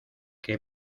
qué